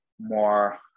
more